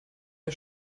der